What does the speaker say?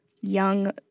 young